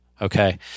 okay